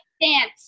dance